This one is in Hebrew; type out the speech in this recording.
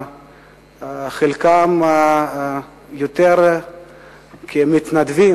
חלקם יותר כמתנדבים,